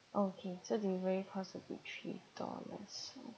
okay so delivery possibly three dollars